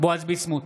בועז ביסמוט,